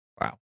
Wow